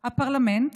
הפרלמנט,